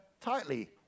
tightly